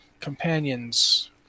companions